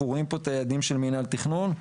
אנחנו רואים פה את היעדים של מנהל תכנון,